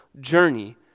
journey